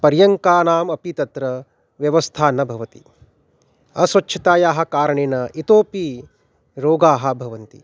पर्यङ्कानाम् अपि तत्र व्यवस्था न भवति अस्वच्छतायाः कारणेन इतोपि रोगाः भवन्ति